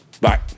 Bye